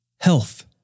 health